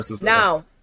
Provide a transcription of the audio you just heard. now